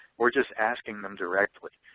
or just asking them directly.